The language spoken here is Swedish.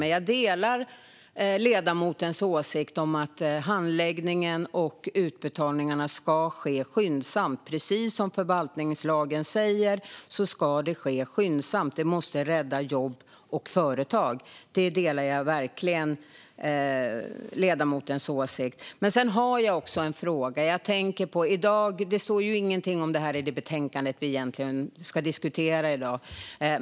Men jag delar ledamotens åsikt att handläggningen och utbetalningarna ska ske skyndsamt. Precis som förvaltningslagen säger ska det ske skyndsamt. Vi måste rädda jobb och företag. Där delar jag verkligen ledamotens åsikt. Men sedan har jag en fråga. Det står ingenting om detta i det betänkande som vi egentligen ska diskutera i dag.